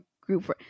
group